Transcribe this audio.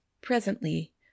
presently